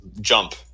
jump